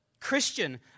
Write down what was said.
Christian